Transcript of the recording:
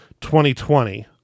2020